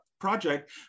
Project